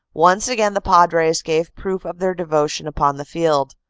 once again the padres gave proof of their devotion upon the field.